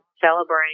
celebrate